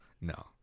No